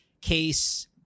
case